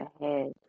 ahead